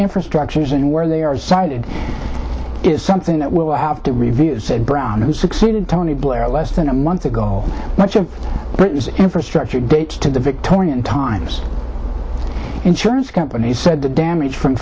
infrastructures and where they are sited is something that will have to review said brown who succeeded tony blair less than a month ago much of britain's infrastructure to the victorian times insurance company said the damage from